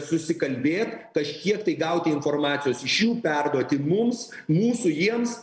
susikalbėt kažkiek tai gauti informacijos iš jų perduoti mums mūsų jiems